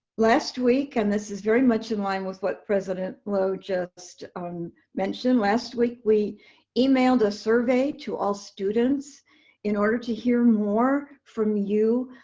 last week, and this is very much in line with what president loh just um mentioned. last week, we emailed a survey to all students in order to hear more from you,